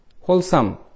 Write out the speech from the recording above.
wholesome